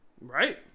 Right